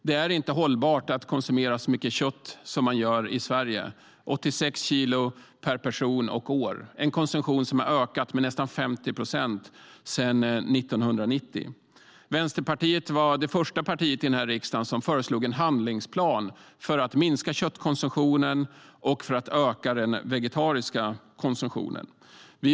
Det är inte hållbart att konsumera så mycket kött som vi gör i Sverige - 86 kilo per person och år, en konsumtion som har ökat med nästan 50 procent sedan 1990. Vänsterpartiet var det första parti i denna riksdag som föreslog en handlingsplan för att minska köttkonsumtionen och öka den vegetariska konsumtionen.